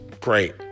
great